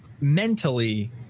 mentally